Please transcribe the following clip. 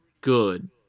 good